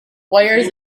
wires